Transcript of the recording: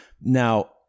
Now